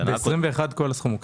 בשנת 2021 כל הסכום הוקצה.